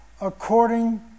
according